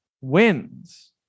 wins